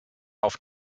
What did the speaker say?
auf